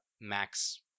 Max